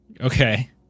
Okay